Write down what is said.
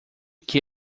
que